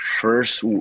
first